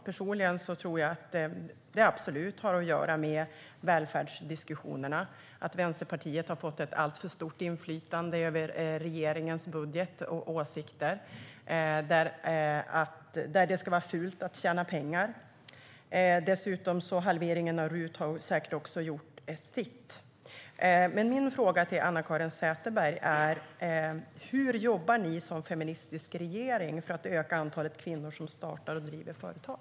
Personligen tror jag absolut att det har att göra med välfärdsdiskussionerna, där Vänsterpartiet har fått ett alltför stort inflytande över regeringens budget och man har åsikten att det ska vara fult att tjäna pengar. Halveringen av RUT har säkert också gjort sitt till. Min fråga till Anna-Caren Sätherberg är: Hur jobbar ni som feministisk regering för att öka antalet kvinnor som startar och driver företag?